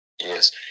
Yes